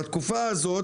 בתקופה הזאת,